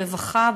ברווחה,